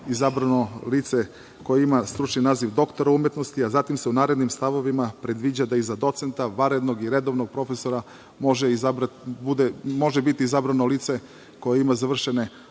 izabrano lice koje ima stručni naziv doktor umetnosti, a zatim se u narednim stavovima predviđa da i za docenta, vanrednog i redovnog profesora može biti izabrano lice koje ima završene